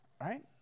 Right